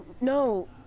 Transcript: no